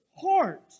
heart